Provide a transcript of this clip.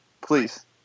Please